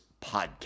podcast